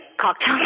cocktail